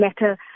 matter